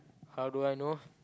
how do I know